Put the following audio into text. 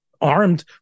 armed